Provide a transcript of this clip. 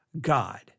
God